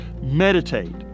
Meditate